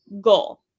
goal